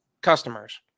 Customers